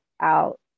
out